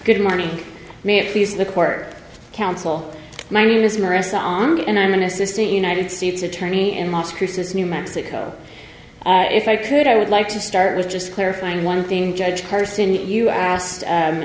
good morning may it please the court counsel my name is maria song and i'm an assistant united states attorney in los cruces new mexico if i could i would like to start with just clarifying one thing judge carson you asked